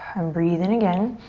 and breathe in again.